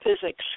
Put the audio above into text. physics